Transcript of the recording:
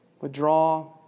withdraw